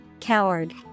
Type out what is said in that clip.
Coward